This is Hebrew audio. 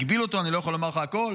הגבילו אותו, אני לא יכול לומר לך הכול.